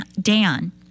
Dan